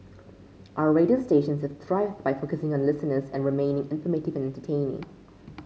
our radio stations have thrived by focusing on listeners and remaining informative and entertaining